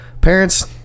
Parents